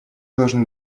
должны